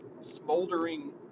smoldering